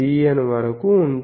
Cn వరకు ఉంటుంది